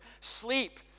sleep